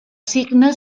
signa